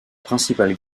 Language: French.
principale